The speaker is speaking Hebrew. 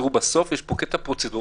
בסוף יש פה קטע פרוצדורלי.